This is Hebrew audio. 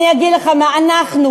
אני אגיד לך מה, אנחנו